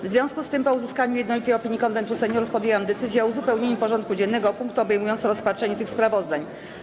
W związku z tym, po uzyskaniu jednolitej opinii Konwentu Seniorów, podjęłam decyzję o uzupełnieniu porządku dziennego o punkty obejmujące rozpatrzenie tych sprawozdań.